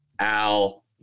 Al